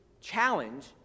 challenge